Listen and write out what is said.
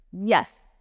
Yes